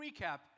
recap